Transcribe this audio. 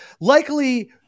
likely